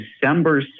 December